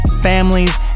families